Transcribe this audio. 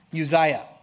Uzziah